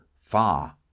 far